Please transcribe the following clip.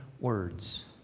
words